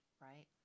Right